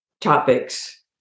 topics